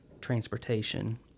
transportation